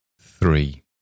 Three